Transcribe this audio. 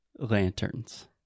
lanterns